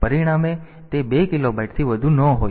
તેથી પરિણામે તે 2 કિલોબાઈટથી વધુ ન હોઈ શકે